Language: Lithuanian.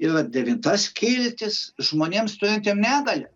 yra devinta skiltis žmonėms turintiem negalią